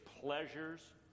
pleasures